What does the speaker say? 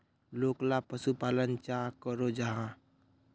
लोकला पशुपालन चाँ करो जाहा?